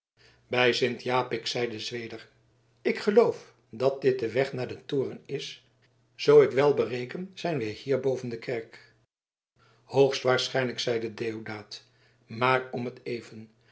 bij sint japik zeide zweder ik geloof dat dit de weg naar den toren is zoo ik wel bereken zijn wij hier boven de kerk hoogstwaarschijnlijk zeide deodaat maar om t even